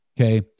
okay